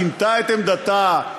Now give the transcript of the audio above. שינתה את עמדתה,